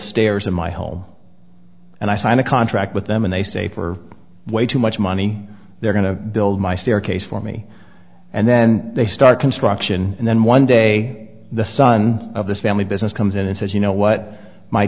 stairs in my home and i sign a contract with them and they say for way too much money they're going to build my staircase for me and then they start construction and then one day the son of this family business comes in and says you know what my